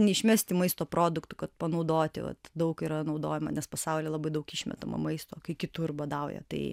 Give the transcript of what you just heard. neišmesti maisto produktų kad panaudoti daug yra naudojama nes pasaulyje labai daug išmetamo maisto kai kitur badauja tai